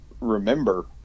remember